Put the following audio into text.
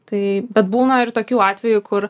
tai bet būna ir tokių atvejų kur